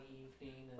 evening